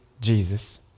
Jesus